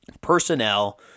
personnel